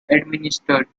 administered